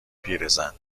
پیرزن